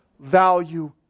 value